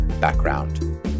Background